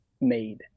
made